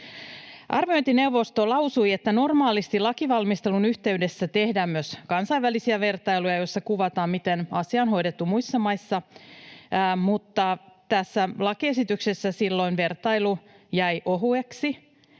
Arviointineuvosto lausui, että ”normaalisti lakivalmistelun yhteydessä tehdään myös kansainvälisiä vertailuja, joissa kuvataan, miten asia on hoidettu muissa maissa”, mutta tässä lakiesityksessä silloin vertailu jäi ohueksi.